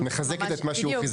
בדיוק,